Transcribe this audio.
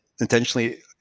intentionally